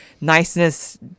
niceness